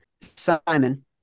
Simon